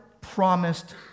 promised